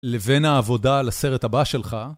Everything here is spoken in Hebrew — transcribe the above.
לבין העבודה לסרט הבא שלך.